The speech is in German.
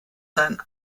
sein